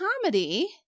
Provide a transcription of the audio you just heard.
comedy